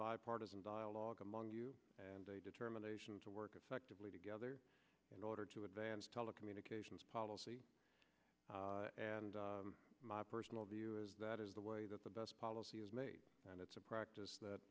bipartisan dialogue among you and a determination to work effectively together in order to advance telecommunications policy and my personal view is that is the way that the best policy is made and it's a practice that